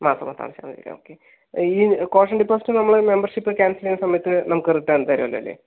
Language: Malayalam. മാസാമാസം അടച്ചാൽ മതിയല്ലേ ഓക്കേ ഈ കോഷൻ ഡെപ്പോസിറ്റ് നമ്മള് മെമ്പർഷിപ്പ് ക്യാൻസൽ ചെയ്യുന്ന സമയത്ത് നമുക്ക് റിട്ടേൺ തരുമല്ലോ അല്ലേ